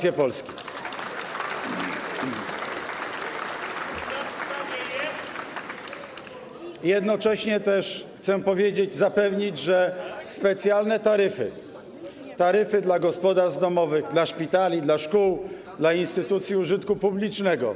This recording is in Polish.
Jednocześnie też chcę powiedzieć, zapewnić, że specjalne taryfy, taryfy dla gospodarstw domowych, dla szpitali, dla szkół, dla instytucji użytku publicznego.